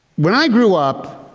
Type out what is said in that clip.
when i grew up,